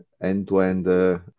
end-to-end